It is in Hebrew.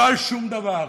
לא על שום דבר.